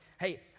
hey